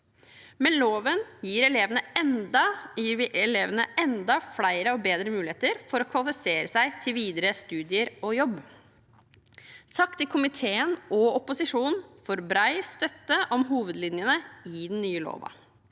Med loven gir vi elevene enda flere og bedre muligheter til å kvalifisere seg til videre studier og jobb. Takk til komiteen og opposisjonen for bred støtte om hovedlinjene i den nye loven.